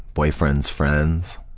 boyfriend's friends,